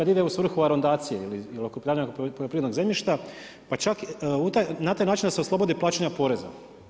Kad ide u svrhu arondacije ili okrupnjavanja poljoprivrednog zemljišta, pa čak na taj način da se oslobodi plaćanja poreza.